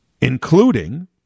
including